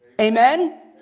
Amen